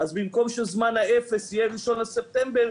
אז במקום שזמן האפס יהיה 1 בספטמבר,